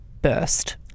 burst